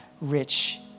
rich